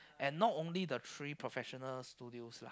and not only the three professional studios lah